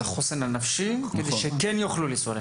החוסן הנפשי כדי שכן יוכלו לנסוע לשם.